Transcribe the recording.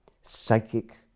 psychic